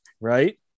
right